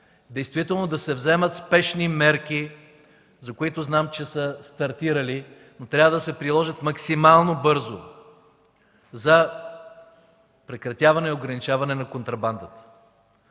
действително да се вземат спешни мерки – за които знам, че са стартирали, но трябва да се приложат максимално бързо – за прекратяване и ограничаване на контрабандата,